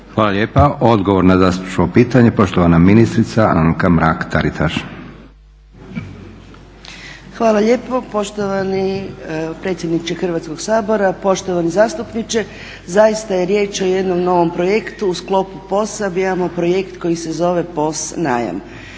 Hvala lijepa. Odgovor na zastupničko pitanje poštovana ministrica Anka Mrak Taritaš. **Mrak-Taritaš, Anka (HNS)** Hvala lijepo poštovani predsjedniče Hrvatskog sabora. Poštovani zastupniče, zaista je riječ o jednom novom projektu u sklopu POS-a, mi imamo projekt koji se zove "POS najam",